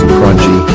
crunchy